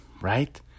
right